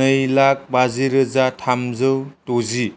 नै लाख बाजि रोजा थामजौ द'जि